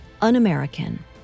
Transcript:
un-American